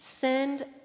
send